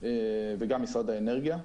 ומשרד האנרגיה.